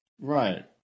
Right